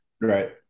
Right